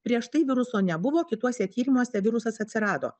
prieš tai viruso nebuvo kituose tyrimuose virusas atsirado